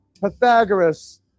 Pythagoras